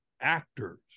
actors